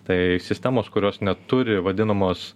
tai sistemos kurios neturi vadinamos